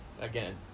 Again